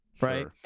right